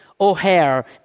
O'Hare